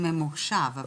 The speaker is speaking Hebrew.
זה ממוחשב.